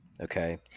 okay